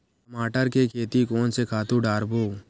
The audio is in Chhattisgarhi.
टमाटर के खेती कोन से खातु डारबो?